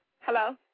Hello